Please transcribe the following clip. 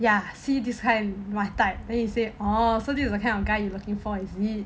ya see these kind my type then he said oh so this is the kind of guy you looking for is it